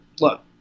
look